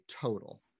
total